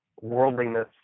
worldliness